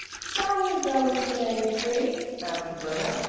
shall we go through main street? asked roberta.